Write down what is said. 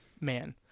man